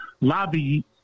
lobby